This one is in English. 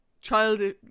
child